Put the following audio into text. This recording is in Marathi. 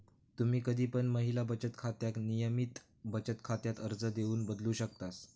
तुम्ही कधी पण महिला बचत खात्याक नियमित बचत खात्यात अर्ज देऊन बदलू शकतास